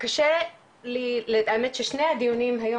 קשה לי האמת ששני הדיונים היום,